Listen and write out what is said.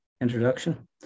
introduction